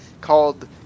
called